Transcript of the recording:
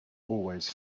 always